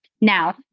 Now